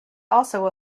also